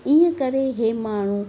ईअं करे इहे माण्हू